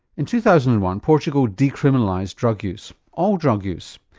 in two thousand and one portugal decriminalised drug use, all drug use.